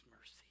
mercy